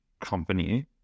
company